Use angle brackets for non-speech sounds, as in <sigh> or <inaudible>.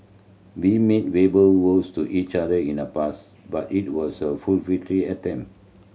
we made verbal vows to each other in the past but it was a <unintelligible> attempt